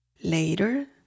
Later